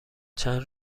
چند